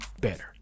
better